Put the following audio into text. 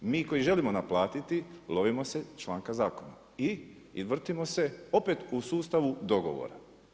Mi koji želim naplatiti, lovimo se članka zakona i vrtimo se opet u sustavu dogovora.